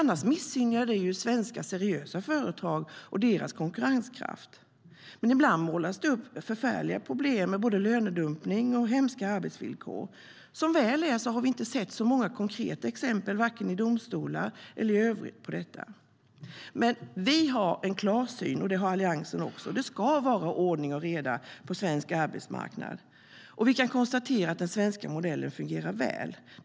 Annars missgynnas svenska seriösa företag när det gäller deras konkurrenskraft. Men ibland målas det upp förfärliga problem med både lönedumpning och hemska arbetsvillkor. Som väl är har vi inte sett så många konkreta exempel på detta, vare sig i domstolar eller i övrigt. Men vi har en klar syn på detta - det har Alliansen också. Det ska vara ordning och reda på svensk arbetsmarknad. Och vi kan konstatera att den svenska modellen fungerar väl.